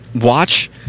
watch